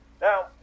Now